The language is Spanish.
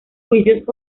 juicios